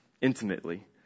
intimately